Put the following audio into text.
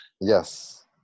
Yes